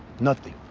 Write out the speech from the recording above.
nothing.